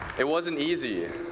it wasn't easy.